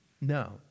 No